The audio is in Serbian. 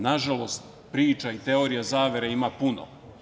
Nažalost, priča i teorija zavere ima puno.